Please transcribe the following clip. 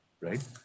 Right